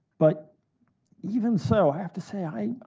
but even so, i have to say, i'm, i